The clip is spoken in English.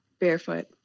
Barefoot